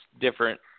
different